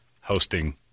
hosting